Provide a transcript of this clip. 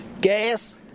gas